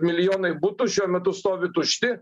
milijonai butų šiuo metu stovi tušti